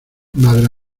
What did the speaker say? madre